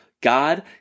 God